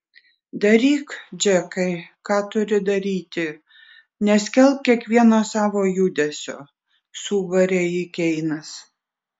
daryk džekai ką turi daryti neskelbk kiekvieno savo judesio subarė jį keinas